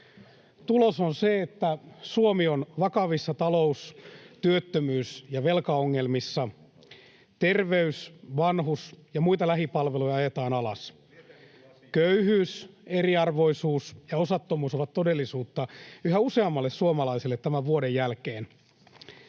Tulos on se, että Suomi on vakavissa talous-, työttömyys- ja velkaongelmissa. Terveys-, vanhus- ja muita lähipalveluja ajetaan alas. [Jani Mäkelä: Miten tämä liittyy asiaan?] Köyhyys, eriarvoisuus ja osattomuus ovat todellisuutta yhä useammalle suomalaiselle tämän vuoden jälkeen